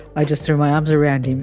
i just threw my arms around him,